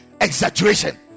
Exaggeration